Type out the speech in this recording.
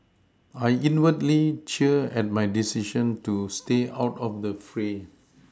I inwardly cheer at my decision to stay out of the fray